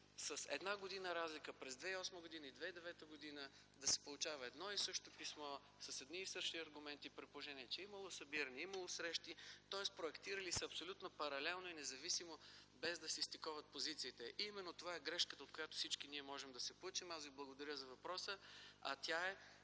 с една година разлика – през 2008 и 2009 г., да се получава едно и също писмо с едни и същи аргументи, при положение че е имало събирания, имало е срещи. Тоест проектирали са абсолютно паралелно и независимо, без да си стиковат позициите. Именно това е грешката, от която всички ние можем да се поучим. Аз Ви благодаря за въпроса.